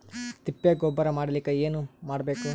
ತಿಪ್ಪೆ ಗೊಬ್ಬರ ಮಾಡಲಿಕ ಏನ್ ಮಾಡಬೇಕು?